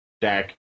deck